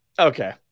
okay